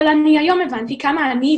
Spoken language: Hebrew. אבל אני היום הבנתי כמה אני,